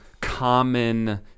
common